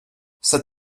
cet